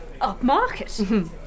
upmarket